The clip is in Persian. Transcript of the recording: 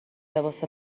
لباس